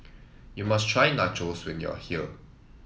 you must try Nachos when you are here